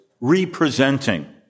representing